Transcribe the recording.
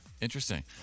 interesting